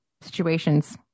situations